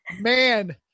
man